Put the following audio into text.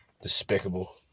Despicable